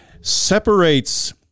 separates